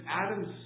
Adam's